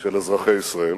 של אזרחי ישראל.